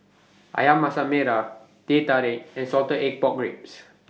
Ayam Masak Merah Teh Tarik and Salted Egg Pork Ribs